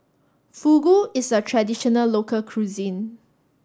Fugu is a traditional local cuisine